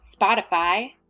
Spotify